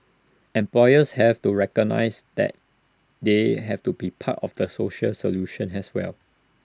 employers have to recognise that they have to be part of the social solution as well